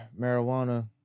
marijuana